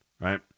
right